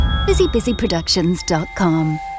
busybusyproductions.com